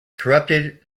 corrupted